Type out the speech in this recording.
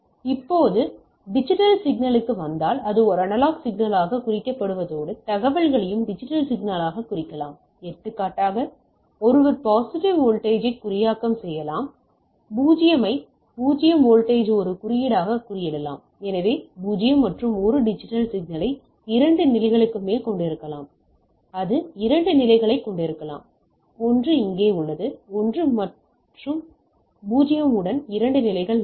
இப்போது டிஜிட்டல் சிக்னலுக்கு வந்தால் அது ஒரு அனலாக் சிக்னலால் குறிக்கப்படுவதோடு தகவல்களையும் டிஜிட்டல் சிக்னலால் குறிக்கலாம் எடுத்துக்காட்டாக ஒருவர் பாசிட்டிவ் வோல்ட்டேஜ் குறியாக்கம் செய்யலாம் 0 ஐ 0 வோல்ட்டேஜ் ஒரு குறியீடாக குறியிடலாம் எனவே 0 மற்றும் 1 டிஜிட்டல் சிக்னலை 2 நிலைகளுக்கு மேல் கொண்டிருக்கலாம் அது 2 நிலைகளைக் கொண்டிருக்கலாம் 1 இங்கே உள்ளது 1 மற்றும் 0 உடன் 2 நிலைகள் மட்டுமே